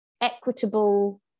equitable